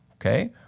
Okay